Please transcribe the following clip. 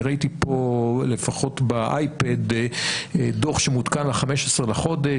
אני ראיתי פה לפחות באייפד דוח שמעודכן ל-15 בחודש.